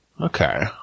Okay